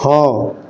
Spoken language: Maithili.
हँ